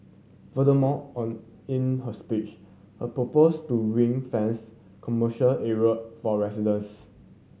furthermore on in her speech her proposed to ring fence commercial area for residents